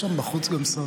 יש שם בחוץ גם שרים.